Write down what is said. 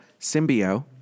symbio